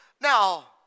Now